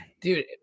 dude